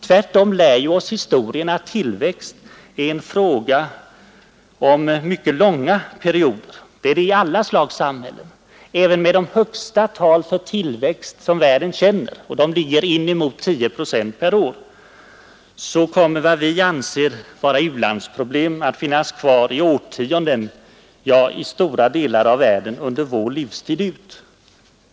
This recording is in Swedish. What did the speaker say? Historien lär oss att tillväxt är en fråga om mycket långa perioder. Så är det i alla slags samhällen. Även med de högsta tal för tillväxt som världen känner — och de ligger på inemot tio procent per år — kommer vad vi anser vara u-landsproblem att finnas kvar i årtionden, ja i stora delar av världen vår livstid ut.